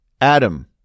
Adam